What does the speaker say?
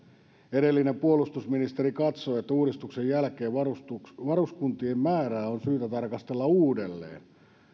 edellinen puolustusministeri katsoi että uudistuksen jälkeen varuskuntien varuskuntien määrää on syytä tarkastella uudelleen